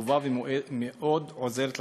טובה ומאוד עוזרת לציבור,